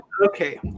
Okay